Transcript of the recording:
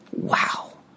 Wow